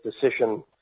decision